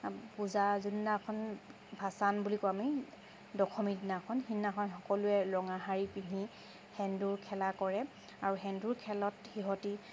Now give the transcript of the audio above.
পূজা যোনদিনাখন ভাচান বুলি কওঁ আমি দশমী দিনাখন সেইদিনাখন সকলোৱে ৰঙা শাৰী পিন্ধি সেন্দুৰ খেলা কৰে আৰু সেন্দুৰ খেলত সিহঁতে